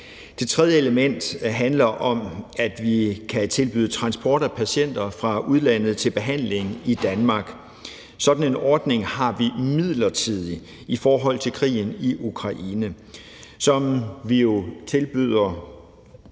Det tredje element handler om, at vi kan tilbyde transport af patienter fra udlandet til behandling i Danmark. Sådan en ordning har vi midlertidigt i forhold til krigen i Ukraine. Vi tilbyder,